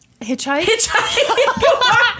hitchhike